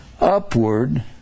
upward